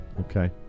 Okay